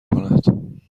کند